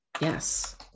yes